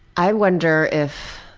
i wonder if